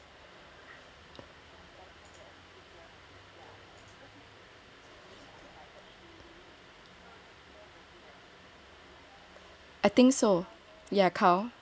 I think so ya